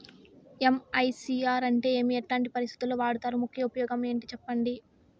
MICR అంటే ఏమి? ఎట్లాంటి పరిస్థితుల్లో వాడుతారు? ముఖ్య ఉపయోగం ఏంటి సెప్పండి?